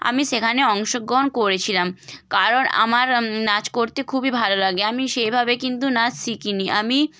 আমি সেখানে অংশগ্রহণ করেছিলাম কারণ আমার নাচ করতে খুবই ভালো লাগে আমি সেইভাবে কিন্তু নাচ শিখিনি আমি